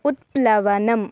उत्प्लवनम्